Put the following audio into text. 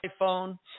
iPhone